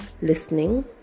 listening